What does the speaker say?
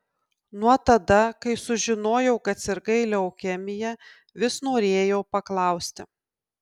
nuo tada kai sužinojau kad sirgai leukemija vis norėjau paklausti